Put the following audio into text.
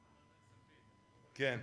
כן.